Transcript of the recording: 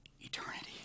eternity